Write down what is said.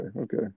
okay